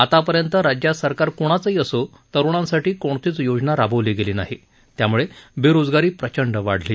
आतापर्यंत राज्यात सरकार कुणाचंही असो तरुणांसाठी कोणतीच योजना राबवली गेली नाही त्यामुळे बेरोजगारी प्रचंड वाढली